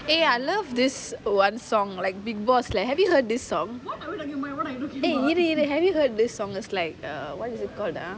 eh I love this one song like bigg boss leh have you heard this song eh இரு இரு:iru iru have you heard this song is like the what is it called ah